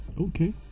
Okay